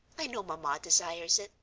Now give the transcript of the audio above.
i know mamma desires it,